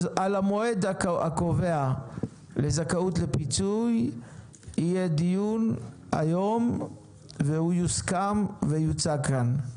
אז על המועד הקובע לזכאות לפיצוי יהיה דיון היום והוא יוסכם ויוצג כאן.